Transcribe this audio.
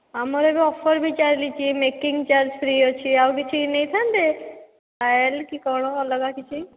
ଆମର ଏବେ ଅଫର୍ ବି ଚାଲିଛି ମେକିଙ୍ଗ୍ ଚାର୍ଜ୍ ଫ୍ରି ଅଛି ଆଉ କିଛି ନେଇଥାନ୍ତେ ପାୟଲ୍ କି କ'ଣ ଅଲଗା କିଛି